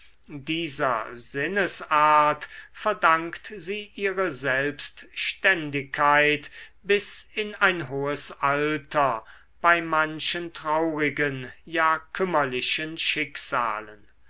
dieser sinnesart verdankt sie ihre selbstständigkeit bis in ein hohes alter bei manchen traurigen ja kümmerlichen schicksalen